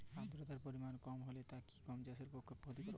আর্দতার পরিমাণ কম হলে তা কি গম চাষের পক্ষে ক্ষতিকর?